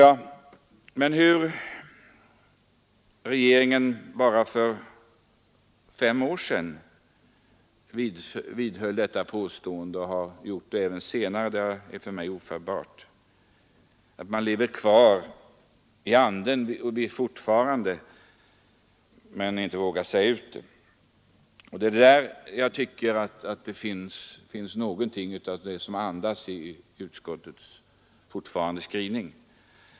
Att regeringen för bara fem år sedan höll fast vid denna tanke — och har gjort det även senare — är för mig ofattbart. Man lever fortfarande kvar i denna anda men vågar inte säga ut det. Någonting av denna anda tycker jag också fortfarande finns kvar i utskottets skrivning.